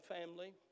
family